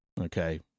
Okay